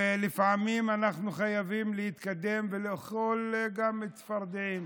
ולפעמים אנחנו חייבים להתקדם ולאכול גם צפרדעים.